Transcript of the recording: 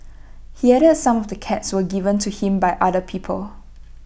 he added some of the cats were given to him by other people